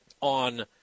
on –